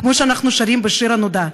כמו שאנחנו שרים בשיר הנודע,